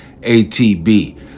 ATB